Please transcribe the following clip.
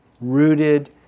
rooted